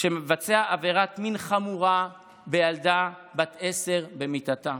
שביצע עבירת מין חמורה בילדה בת עשר במיטתה.